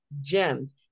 gems